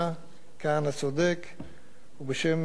ו"בשם חוות-גלעד".